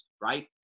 right